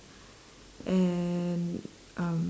and um